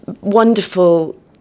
wonderful